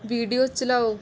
video ਚਲਾਉ